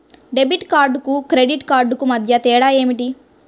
Debit కార్డుకు credit కార్డుకు మధ్య తేడా ఏమిటీ?